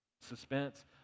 suspense